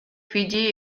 fiji